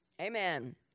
Amen